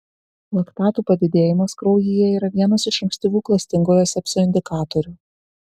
laktatų padidėjimas kraujyje yra vienas iš ankstyvų klastingojo sepsio indikatorių